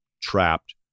trapped